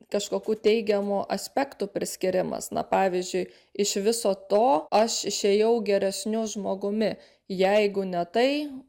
kažkokių teigiamų aspektų priskyrimas na pavyzdžiui iš viso to aš išėjau geresniu žmogumi jeigu ne tai